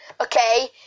okay